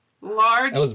large